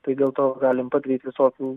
tai dėl to galim padaryt visokių